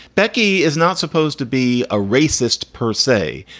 becky is not supposed to be a racist, per say,